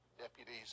deputies